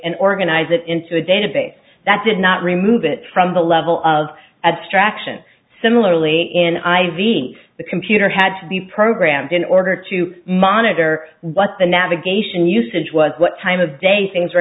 and organize it into a database that did not remove it from the level of abstraction similarly in i v s the computer had to be programmed in order to monitor what the navigation usage was what time of day things were